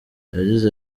yagize